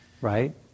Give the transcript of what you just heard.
Right